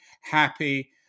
happy